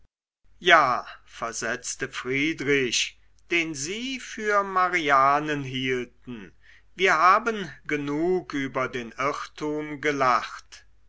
ja versetzte friedrich den sie für marianen hielten wir haben genug über den irrtum gelacht